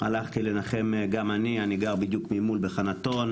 אני גר בדיוק ממול, בחנתון.